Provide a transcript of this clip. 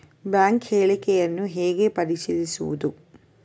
Bank ಹೇಳಿಕೆಯನ್ನು ಹೇಗೆ ಪರಿಶೀಲಿಸುವುದು?